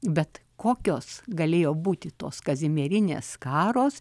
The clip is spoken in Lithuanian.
bet kokios galėjo būti tos kazimierinės skaros